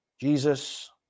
Jesus